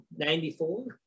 94